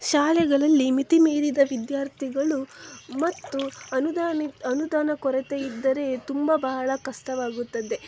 ಶಾಲೆಗಳಲ್ಲಿ ಮಿತಿಮೀರಿದ ವಿದ್ಯಾರ್ಥಿಗಳು ಮತ್ತು ಅನುದಾನಿ ಅನುದಾನ ಕೊರತೆ ಇದ್ದರೆ ತುಂಬ ಬಹಳ ಕಷ್ಟವಾಗುತ್ತದೆ